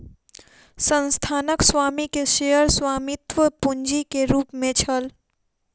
संस्थानक स्वामी के शेयर स्वामित्व पूंजी के रूप में छल